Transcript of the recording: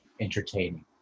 entertaining